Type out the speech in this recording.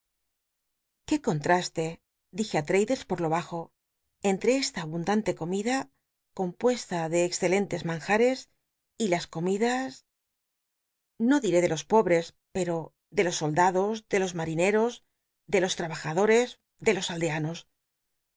qué contraste dije ti traddles por lo bajo l lnb'e esta abundante comida compuesta de excelentes maliates y las comidas no diré de los pobcs pero de los soldados de los marineros de los tabajadorcs de los aldeanos